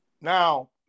Now